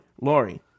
Lori